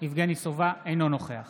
אינו נוכח